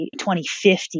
2050